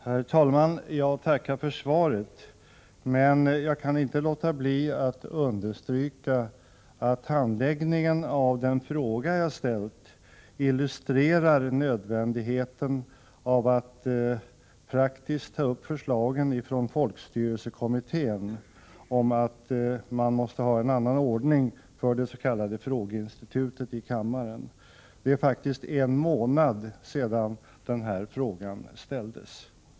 Herr talman! Jag tackar för svaret. Men jag kan inte låta bli att understryka att handläggningen av den fråga jag har ställt illustrerar nödvändigheten av att praktiskt ta upp förslagen från folkstyrelsekommittén om att man måste ha en annan ordning för det s.k. frågeinstitutet i kammaren. Det är faktiskt en månad sedan den här frågan ställdes.